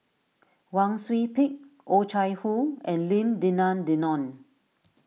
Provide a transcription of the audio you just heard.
Wang Sui Pick Oh Chai Hoo and Lim Denan Denon